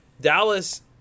Dallas